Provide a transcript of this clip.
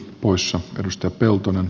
poissa risto peltonen